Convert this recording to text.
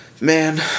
Man